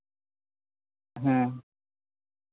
ᱦᱮᱸ